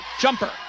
jumper